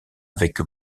avec